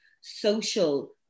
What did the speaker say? social